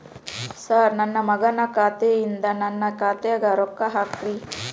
sir ನನ್ನ ಮಗನ ಖಾತೆ ಯಿಂದ ನನ್ನ ಖಾತೆಗ ರೊಕ್ಕಾ ಹಾಕ್ರಿ